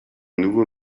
nouveau